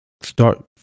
start